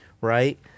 Right